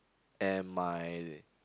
and my